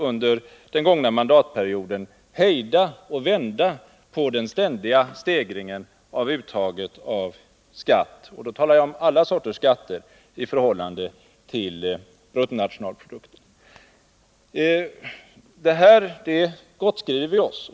Under den gångna mandatperioden lyckades vi faktiskt hejda den ständiga stegringen av skatteuttaget och vända utvecklingen. Och då talade jag om alla sorters skatter i förhållande till bruttonationalprodukten. Detta gottskriver vi oss.